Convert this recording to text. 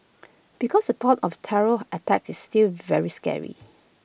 because the thought of terror attacks is still very scary